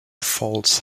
false